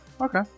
Okay